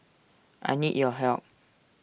I need your help